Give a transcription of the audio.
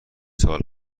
سال